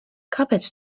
kāpēc